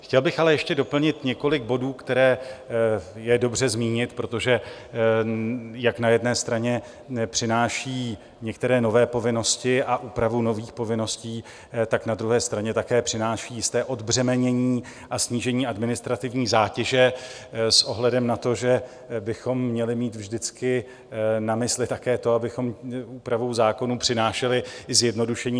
Chtěl bych ale ještě doplnit několik bodů, které je dobře zmínit, protože jak na jedné straně přináší některé nové povinnosti a úpravu nových povinností, tak na druhé straně také přináší jisté odbřemenění a snížení administrativní zátěže s ohledem na to, že bychom měli mít vždycky na mysli také to, abychom úpravou zákonů přinášeli i zjednodušení.